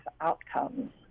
outcomes